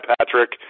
Patrick